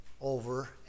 over